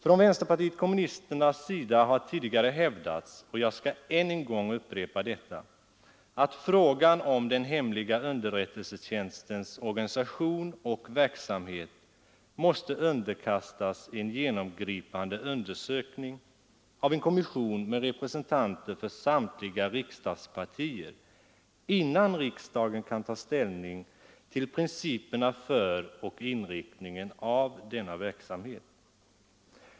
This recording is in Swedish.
Från vänsterpartiet kommunisterna har tidigare hävdats — och jag skall än en gång upprepa detta — att den hemliga underrättelsetjänstens organisation och verksamhet måste underkastas en genomgripande undersökning av en kommission med representanter för samtliga riksdagspartier, innan riksdagen kan ta ställning till principerna för och inriktningen av denna verksamhet.